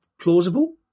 plausible